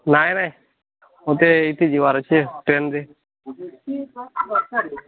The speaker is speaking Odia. ନାଇଁ ନାଇଁ ମୋତେ ଏଇଠି ଯିବାର ଅଛି ଟ୍ରେନ୍ରେ